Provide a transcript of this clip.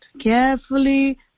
carefully